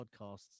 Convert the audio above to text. podcasts